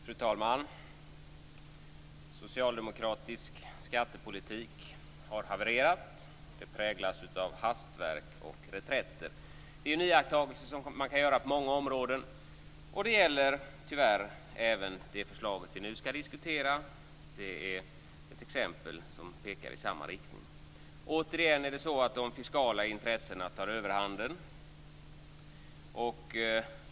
Fru talman! Socialdemokratisk skattepolitik har havererat. Den präglas av hastverk reträtter. Det är en iakttagelse som man kan göra på många områden, och det gäller tyvärr även det förslag som vi nu skall diskutera. Det är ett exempel som pekar i samma riktning. Återigen tar de fiskala intressena överhanden.